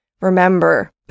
remember